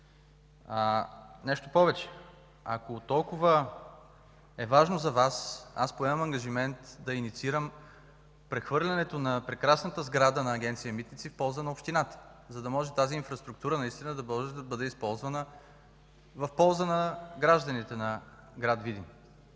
Нещо повече, ако толкова е важно за Вас, аз поемам ангажимент да инициирам прехвърлянето на прекрасната сграда на Агенция „Митници” в полза на общината, за да може тази инфраструктура наистина да може да бъде използвана в полза на гражданите на град Видин.